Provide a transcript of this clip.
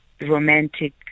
romantic